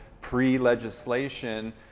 pre-legislation